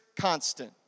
constant